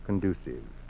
Conducive